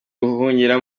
guhungira